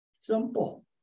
simple